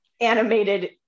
animated